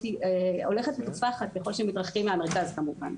הולכת ותופחת ככל שמתרחקים מהמרכז כמובן.